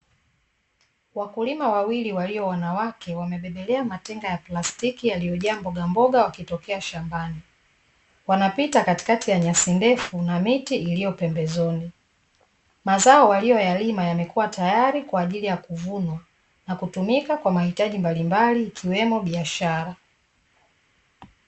Wakulima wawili walio wanawake, wamebebelea matenga ya plastiki yaliyojaa mbogamboga wakitokea shambani, wanapita katikati ya nyasi ndefu na miti iliyo pembezoni, mazao waliyoyalima yamekuwa teyari kwa ajili ya kuvunwa na kutumika kwa mahitaji mbalimbali ikiwemo biashara.